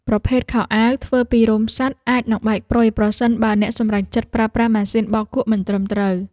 ប្រភេទខោអាវធ្វើពីរោមសត្វអាចនឹងបែកព្រុយប្រសិនបើអ្នកសម្រេចចិត្តប្រើប្រាស់ម៉ាស៊ីនបោកគក់មិនត្រឹមត្រូវ។